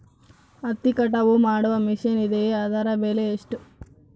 ಹತ್ತಿ ಕಟಾವು ಮಾಡುವ ಮಿಷನ್ ಇದೆಯೇ ಅದರ ಬೆಲೆ ಎಷ್ಟು?